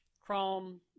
Chrome